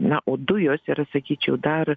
na o dujos yra sakyčiau dar